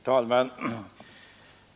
Herr talman!